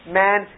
man